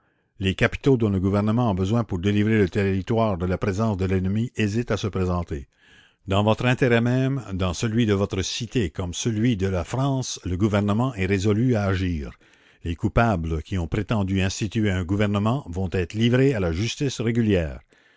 les capitaux dont le gouvernement a besoin pour délivrer le territoire de la présence de l'ennemi hésitent à se présenter dans votre intérêt même dans celui de votre cité comme dans celui de la france le gouvernement est résolu à agir les coupables qui ont prétendu instituer un gouvernement vont être livrés à la justice régulière